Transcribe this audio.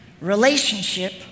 relationship